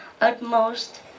utmost